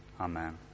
amen